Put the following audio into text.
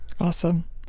Awesome